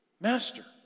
Master